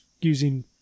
using